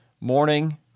morning